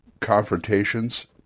confrontations